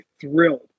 thrilled